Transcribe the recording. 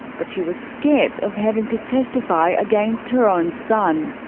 but she was scared of having to testify against her own son.